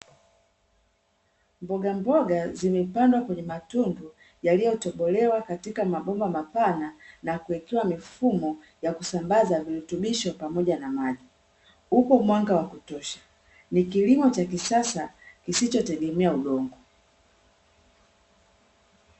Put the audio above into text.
Mboga mboga zimepandwa kwenye matundu yaliyotobolewa katika mabomba mapana na kuwekewa mifumo ya kusambaza virutubisho pamoja na maji, uko mwanga wa kutosha, ni kilimo cha kisasa kisichotegemea udongo.